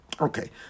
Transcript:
Okay